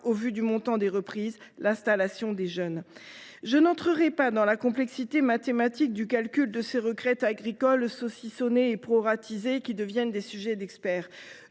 au vu du montant des reprises, l’installation des jeunes. Je n’entrerai pas dans la complexité mathématique du calcul des retraites agricoles, saucissonnées et proratisées – cela devient un sujet d’experts.